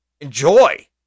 enjoy